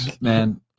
man